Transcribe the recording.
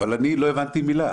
אבל אני לא הבנתי מילה.